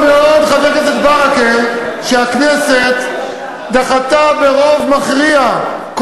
חבר הכנסת ברכה, אני מודה לך על העצה.